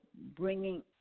bringing